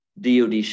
DOD